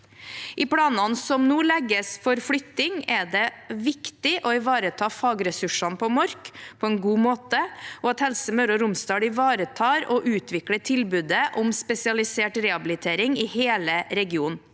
I planene som nå legges for flytting, er det viktig å ivareta fagressursene på Mork på en god måte, og at Helse Møre og Romsdal ivaretar og utvikler tilbudet om spesialisert rehabilitering i hele regionen.